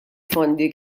fondi